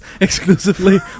exclusively